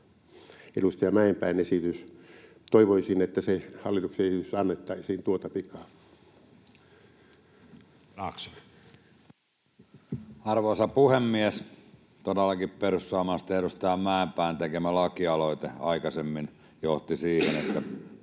edustaja Mäenpään esitys. Toivoisin, että se hallituksen esitys annettaisiin tuota pikaa. Edustaja Laakso. Arvoisa puhemies! Todellakin perussuomalaisten edustaja Mäenpään tekemä lakialoite aikaisemmin johti siihen, että